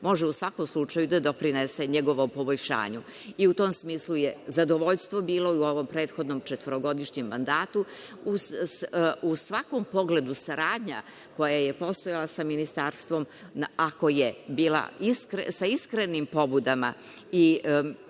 može u svakom slučaju da doprinese njegovom poboljšanju. I u tom smislu je zadovoljstvo bilo i u ovom prethodnom četvorogodišnjem mandatu, u svakom pogledu saradnja koja je postojala sa Ministarstvom, ako je bila sa iskrenim pobudama,